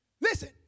Listen